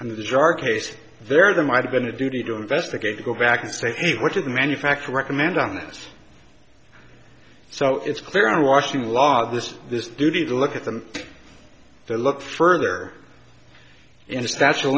and the dark case very there might have been a duty to investigate to go back and say hey what are the manufacturer recommend on this so it's clear are watching law this this duty to look at them to look further into special